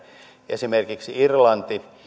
esimerkiksi irlanti